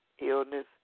illness